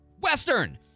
Western